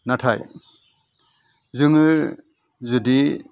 नाथाय जोङो जुदि